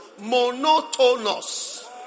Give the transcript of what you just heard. monotonous